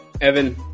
Evan